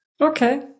Okay